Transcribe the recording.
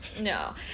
No